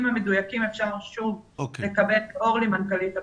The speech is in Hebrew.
המדויקים אפשר לקבל מאורלי מנכ"לית הפרויקט.